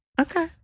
Okay